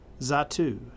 Zatu